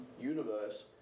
universe